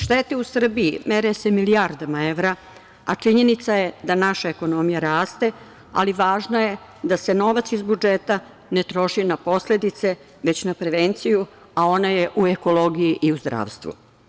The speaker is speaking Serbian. Štete u Srbiji mere si milijardama evra, a činjenica je da naša ekonomija raste, ali važno je da se novac iz budžeta ne troši na posledice, već na prevenciju, a ona je u ekologiji i u zdravstvu.